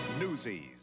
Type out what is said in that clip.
Newsies